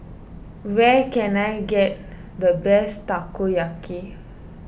where can I get the best Takoyaki